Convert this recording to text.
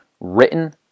written